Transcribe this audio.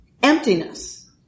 Emptiness